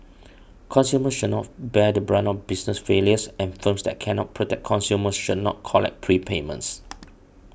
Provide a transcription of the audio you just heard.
consumers should not bear the brunt of business failures and firms that cannot protect customers should not collect prepayments